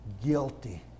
guilty